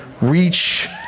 reach